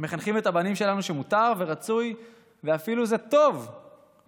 מחנכים את הבנים שלנו שמותר ורצוי ואפילו טוב לבכות,